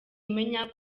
imenya